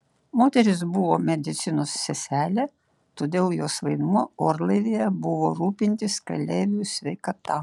moteris buvo medicinos seselė todėl jos vaidmuo orlaivyje buvo rūpintis keleivių sveikata